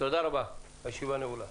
תודה רבה, הישיבה נעולה.